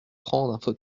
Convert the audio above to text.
francs